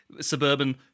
suburban